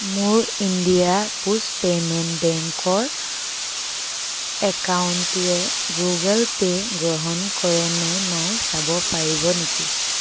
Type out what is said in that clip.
মোৰ India post payment বেংকৰ একাউণ্টটোৱে গুগল পে' গ্ৰহণ কৰেনে নাই চাব পাৰিব নেকি